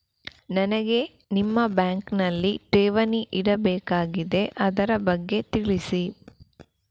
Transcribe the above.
ನನಗೆ ನಿಮ್ಮ ಬ್ಯಾಂಕಿನಲ್ಲಿ ಠೇವಣಿ ಇಡಬೇಕಾಗಿದೆ, ಅದರ ಬಗ್ಗೆ ತಿಳಿಸಿ